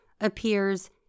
appears